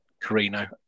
Carino